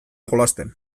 jolasten